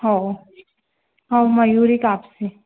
हो हो मयुरी कापसे